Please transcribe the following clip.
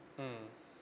mmhmm